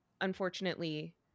unfortunately